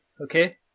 Okay